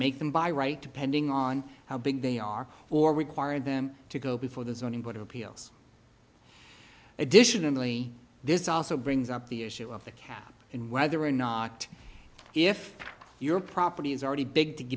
make them by right depending on how big they are or require them to go before the zoning board of appeals additionally this also brings up the issue of the cap in whether or not if your property is already big to